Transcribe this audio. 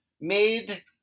made